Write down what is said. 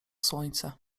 słońce